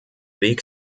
weg